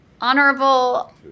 honorable